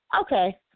Okay